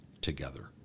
together